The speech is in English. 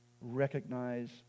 recognize